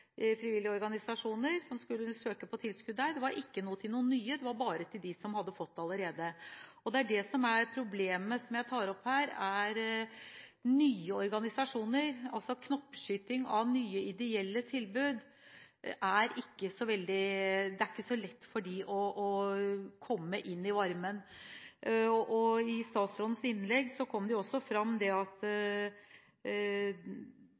frivillige organisasjoner som ville søke. Det var ikke noe til nye organisasjoner, bare til dem som hadde fått allerede. Det er det som er problemet som jeg tar opp her, nye organisasjoner, altså knoppskyting av nye ideelle tilbud – det er ikke så lett for dem å komme inn i varmen. I statsrådens innlegg kom det fram at det